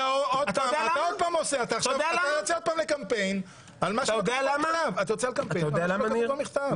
אתה יוצא עוד פעם לקמפיין על מה שלא כתוב במכתב.